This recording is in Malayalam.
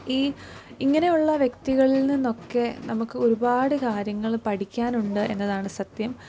ഈ ഇങ്ങനെയുള്ള വ്യക്തികളിൽ നിന്നൊക്കെ നമുക്ക് ഒരുപാട് കാര്യങ്ങൾ പഠിക്കാനുണ്ട് എന്നതാണ് സത്യം